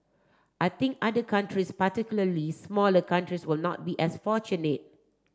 I think other countries particularly smaller countries will not be as fortunate